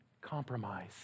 compromise